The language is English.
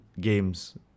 games